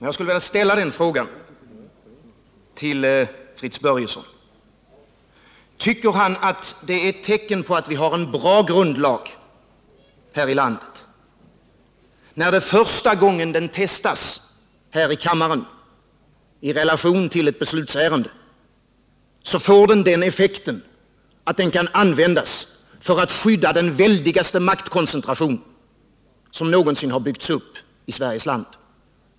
Jag skulle vilja fråga Fritz Börjesson: Tycker ni att det är ett tecken på att vi har en bra grundlag här i landet, när den första gången den testas här i kammaren i relation till ett beslutsärende får effekten att den kan användas för att skydda den väldigaste maktkoncentration som någonsin har byggts upp i Sveriges land?